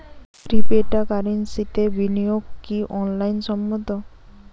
ক্রিপ্টোকারেন্সিতে বিনিয়োগ কি আইন সম্মত?